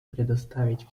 предоставить